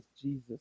Jesus